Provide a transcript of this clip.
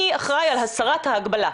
מי אחראי על הסרת ההגבלה?